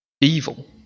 Evil